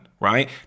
right